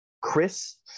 Chris